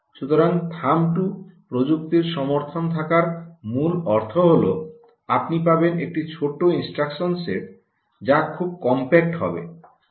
সুতরাং থাম্ব 2 প্রযুক্তির সমর্থন থাকার মূল অর্থ হল আপনি পাবেন একটি ছোট ইনস্ট্রাকশন সেট যা খুব কমপ্যাক্ট হবে